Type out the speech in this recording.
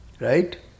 Right